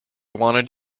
want